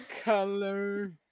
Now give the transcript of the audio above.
color